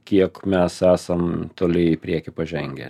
kiek mes esam toli į priekį pažengę